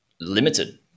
limited